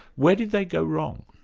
where did they go wrong?